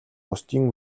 бусдын